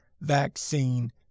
vaccine